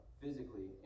physically